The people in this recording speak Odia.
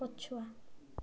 ପଛୁଆ